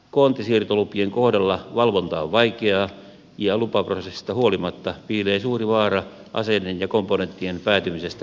nimenomaan koontisiirtolupien kohdalla valvonta on vaikeaa ja lupaprosessista huolimatta piilee suuri vaara aseiden ja komponenttien päätymisestä vääriin käsiin